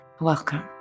welcome